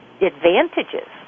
advantages